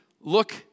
look